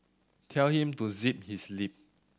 tell him to zip his lip